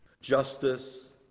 Justice